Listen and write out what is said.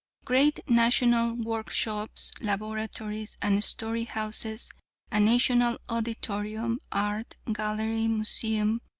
great national work shops, laboratories, and store-houses, a national auditorium, art gallery, museum,